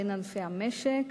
בין ענפי המשק,